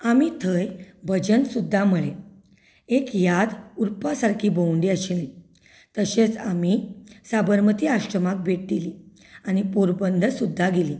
आमी थंय भजन सुद्दा म्हळें एक याद उरपा सारकी भोंवडी आशिल्ली तशेंच आमी साबरमती आश्रमाक भेट दिली आनी पोरबंदर सुद्दा गेलीं